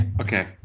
Okay